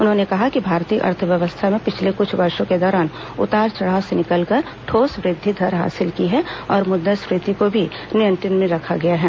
उन्होंने कहा कि भारतीय अर्थव्यवस्था ने पिछले कुछ वर्षों के दौरान उतार चढ़ाव से निकलकर ठोस वृद्धि दर हासिल की है और मुद्रास्फीति को भी नियंत्रण में रखा है